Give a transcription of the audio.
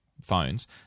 phones